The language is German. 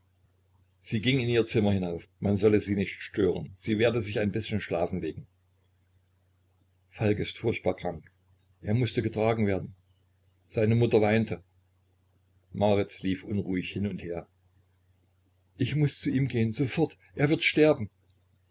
sie ging in ihr zimmer hinauf man solle sie nicht stören sie werde sich ein bißchen schlafen legen falk ist furchtbar krank er mußte getragen werden seine mutter weinte marit lief unruhig hin und her ich muß zu ihm gehen sofort er wird sterben